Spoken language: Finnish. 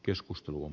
keskusteluun